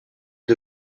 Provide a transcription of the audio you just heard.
est